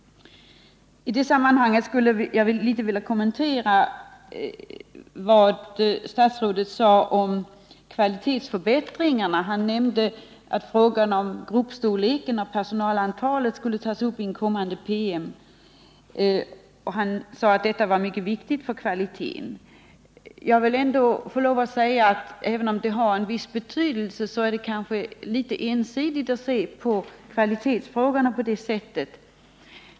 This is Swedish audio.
I det sammanhanget skulle jag något vilja kommentera vad statsrådet sade om kvalitetsförbättringarna. Han nämnde att frågan om gruppstorlekarna och personalantalet skulle tas upp i en kommande PM. Han sade att dessa frågor var mycket viktiga när det gäller kvaliteten. Även om detta har en viss betydelse, så är det ändå litet ensidigt att se på kvalitetsfrågorna på det sättet.